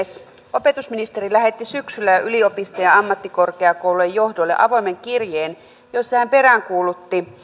opetusministeri lähetti syksyllä yliopistojen ja ammattikorkeakoulujen johdoille avoimen kirjeen jossa hän peräänkuulutti